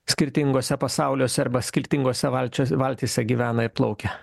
skirtinguose pasauliuose arba skirtingose valčios valtyse gyvena ir plaukia